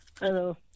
Hello